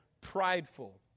prideful